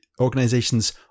organizations